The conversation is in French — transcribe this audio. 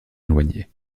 éloignés